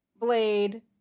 blade